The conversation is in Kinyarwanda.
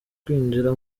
kwinjira